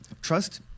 Trust